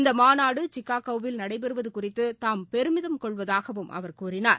இந்தமாநாடுசிகாகோவில் நடைபெறுவதுகுறித்துதாம் பெருமிதம் கொள்வதாகவும் அவர் கூறினார்